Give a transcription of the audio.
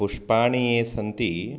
पुष्पाणि ये सन्ति